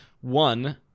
one